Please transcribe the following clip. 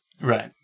Right